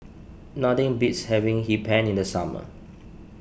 nothing beats having Hee Pan in the summer